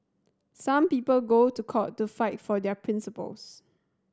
some people go to court to fight for their principles